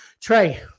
Trey